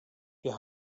wir